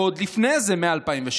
ועוד לפני 2007,